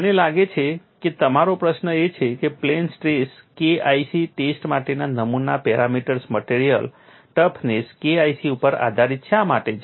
મને લાગે છે કે તમારો પ્રશ્ન એ છે કે પ્લેન સ્ટ્રેઇન KIC ટેસ્ટ માટેના નમૂનાના પેરામીટર્સ મટીરીયલ ટફનેસ KIC ઉપર આધારિત શા માટે છે